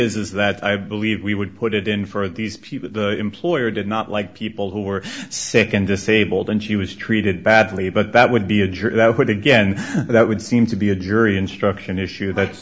is is that i believe we would put it in for these people the employer did not like people who were sick and disabled and she was treated badly but that would be a jury that would again that would seem to be a jury instruction issue that's